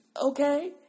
Okay